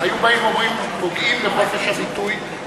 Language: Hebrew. היו באים ואומרים: פוגעים בחופש הביטוי,